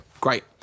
Great